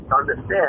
understand